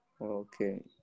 Okay